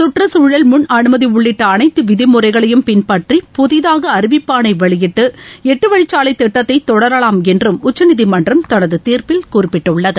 சுற்றுச்சூழல் முன் அனுமதி உள்ளிட்ட அனைத்து விதிமுறைகளையும் பின்பற்றி புதிதாக அறிவிப்பாணை வெளியிட்டு எட்டுவழிச்சாலைத் திட்டத்தை தொடரலாம் என்றும் உச்சநீதிமன்றம் தனது தீர்ப்பில் குறிப்பிட்டுள்ளது